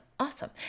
Awesome